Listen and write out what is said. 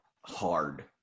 hard